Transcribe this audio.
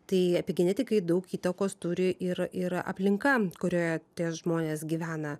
tai epigenetikai daug įtakos turi ir ir aplinka kurioje tie žmonės gyvena